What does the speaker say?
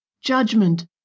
judgment